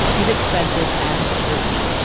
his expenses and the scrutiny.